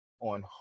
on